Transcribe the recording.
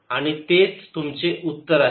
आणि ते तुमचे उत्तर आहे